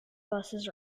buses